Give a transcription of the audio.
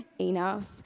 enough